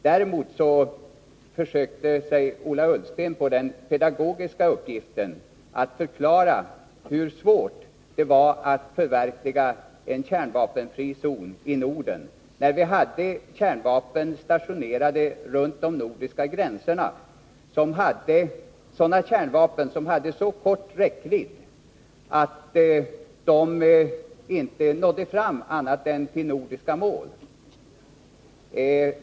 Däremot försökte sig Ola Ullsten på den pedagogiska uppgiften att förklara hur svårt det är att förverkliga en kärnvapenfri zon i Norden, när vi har kärnvapen stationerade runt de nordiska gränserna — kärnvapen med så kort räckvidd att de inte når fram annat än till nordiska mål.